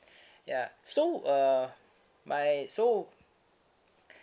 ya so uh my so